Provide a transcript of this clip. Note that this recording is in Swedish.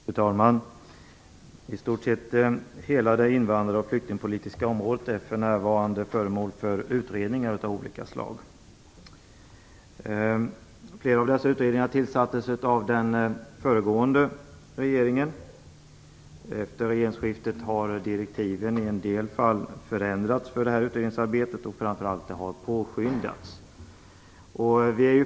Fru talman! I stort sett hela det invandrar och flyktingpolitiska området är för närvarande föremål för utredningar av olika slag. Flera av dessa utredningar tillsattes av den föregående regeringen. Efter regeringsskiftet har direktiven för utredningsarbetet i en del fall förändrats, framför allt har det påskyndats.